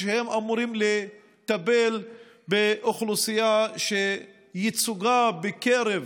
והם אמורים לטפל באוכלוסייה שייצוגה בקרב